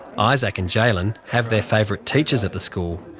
isaac and jaylin have their favourite teachers at the school.